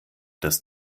das